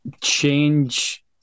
change